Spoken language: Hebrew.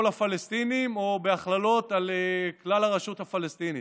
הפלסטינים או הכללות על כלל הרשות הפלסטינית,